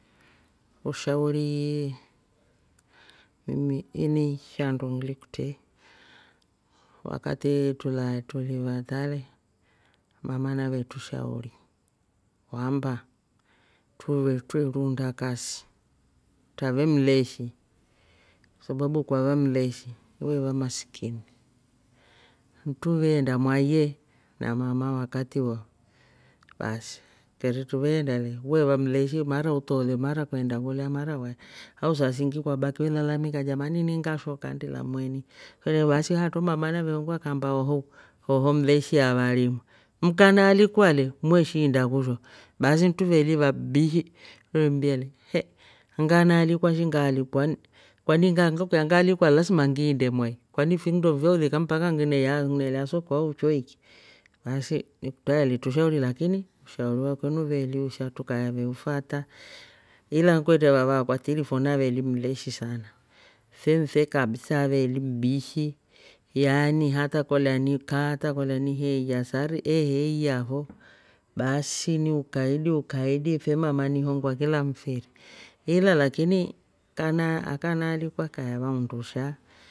Ushauriii ini- ini shandu ngili kutri wakatii trulali tuvi vatra le mama navetushauri kwamba tuve tweruunda kasi utrave mleshi sababu ukava mleshi we va masikini truveenda mwai ye na mama wakati wo basi. keri tuveenda le wewaa mleshi mara utoole, mara kweenda kulya mara wai au saa siingi kwabaki welalamika jamani ini ngashoka ndi lamweni eeh basi haatro mama nave hongwa kaamba ohou. oho mleshi avarimu mkanaalikwa le mweshiinda kusho basi truvelii va bishi twembia le he! Nganaalikwa shingaalikwa kwan- kwan- nga alikwa lasima ngiinde mwai kwani finndo fyaulika mpaka ngiveyaa. ngivela soko au nchoiki baasi nikutro aetushauri lakin ushauri wakwe nuveeli usha trukaeveufata. ila kwetre vava akwa tiripho naveeli mleshi sana fenfe kabisa aveeli mbishi yaani hata kolya ni kaa hata niklya ni heeiya sari heiiya fo baasi niukaidi. ukaidi fe mama ni ihongua kila mfiri. ila lakini kana- akanalikwa kaeva undusha